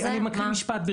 אני מקריא משפט אחד,